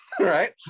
Right